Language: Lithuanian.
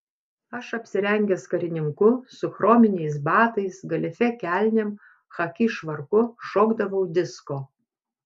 aš apsirengęs karininku su chrominiais batais galifė kelnėm chaki švarku šokdavau disko